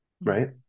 right